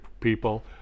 people